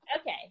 Okay